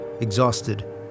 Exhausted